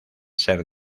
ser